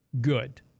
good